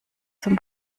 zum